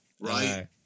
right